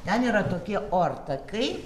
ten yra tokie ortakai